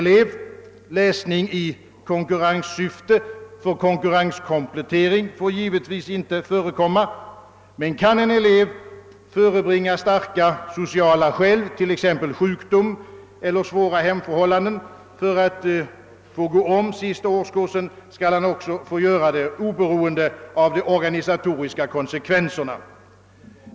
Läsning i kompletteringssyfte får givetvis inte förekomma, men kan en elev förebringa starka sociala skäl, t.ex. sjukdom eller svåra hemförhållanden, för att gå om sista årskursen, skall han också få göra det oberoende av de organisatoriska konsekvenserna.